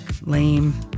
lame